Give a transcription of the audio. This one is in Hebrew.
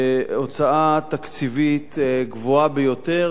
הוצאה תקציבית גבוהה ביותר,